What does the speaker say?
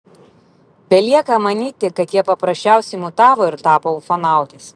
belieka manyti kad jie paprasčiausiai mutavo ir tapo ufonautais